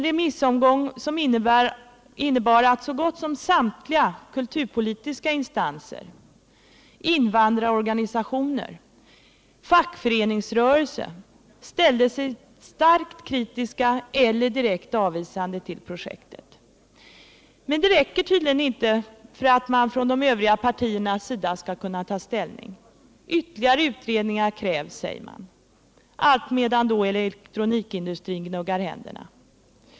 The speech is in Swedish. Remissvaren visade att så gott som samtliga kulturpolitiska instanser, invandrarorganisationer och fackföreningsrörelsen ställde sig starkt kritiska eller direkt avvisande till projektet. Men det räcker tydligen inte för att man från de övriga partiernas sida skall kunna ta ställning — ytterligare utredningar krävs, allt medan elektronikindustrin gnuggar händerna.